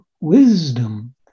wisdom